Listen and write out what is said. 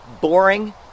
boring